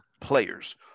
players